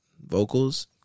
vocals